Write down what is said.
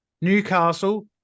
Newcastle